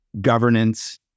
governance